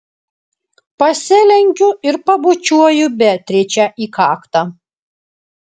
pasilenkiu ir pabučiuoju beatričę į kaktą